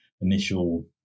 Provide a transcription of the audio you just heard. initial